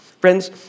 Friends